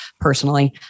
personally